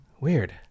weird